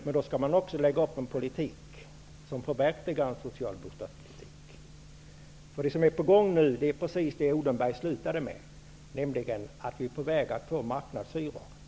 Men då skall man också driva en politik som kan förverkliga målet en social bostadspolitik. Det som nu är på gång är precis det som Mikael Odenberg avslutade med, nämligen att man är på väg mot marknadshyror.